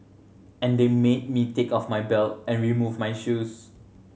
and they made me take off my belt and remove my shoes